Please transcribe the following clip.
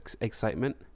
excitement